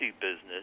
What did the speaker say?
business